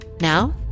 Now